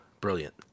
Brilliant